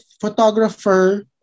photographer